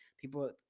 people